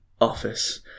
office